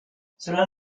cela